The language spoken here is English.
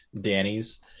Danny's